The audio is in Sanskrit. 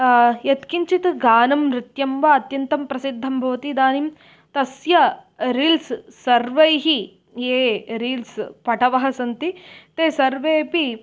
यत्किञ्चित् गानं नृत्यं वा अत्यन्तं प्रसिद्धं भवति इदानीं तस्य रील्स् सर्वैः ये रील्स् पटवः सन्ति ते सर्वेऽपि